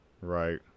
right